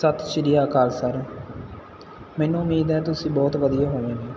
ਸਤਿ ਸ਼੍ਰੀ ਅਕਾਲ ਸਰ ਮੈਨੂੰ ਉਮੀਦ ਹੈ ਤੁਸੀਂ ਬਹੁਤ ਵਧੀਆ ਹੋਵੋਗੇ